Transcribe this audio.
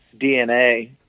DNA